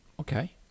Okay